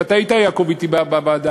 ואתה היית, יעקב, אתי בוועדה.